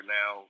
now